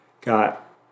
Got